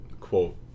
quote